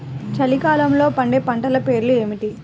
చలికాలంలో పండే పంటల పేర్లు ఏమిటీ?